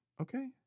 Okay